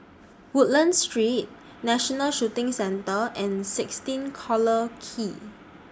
Woodlands Street National Shooting Centre and sixteen Collyer Quay